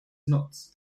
knots